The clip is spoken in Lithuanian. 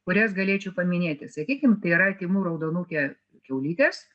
kurias galėčiau paminėti sakykim tai yra tymų raudonukė kiaulytės